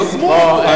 הם לא יישמו אותו.